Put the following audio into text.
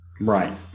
Right